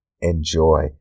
enjoy